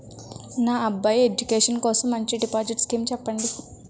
నా అబ్బాయి ఎడ్యుకేషన్ కోసం మంచి డిపాజిట్ స్కీం చెప్పండి